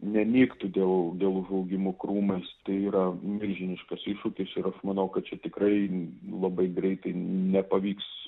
nenyktų dėl dėl užaugimų krūmais tai yra milžiniškas iššūkis ir aš manau kad čia tikrai labai greitai nepavyks